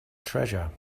treasure